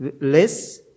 Less